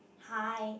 hi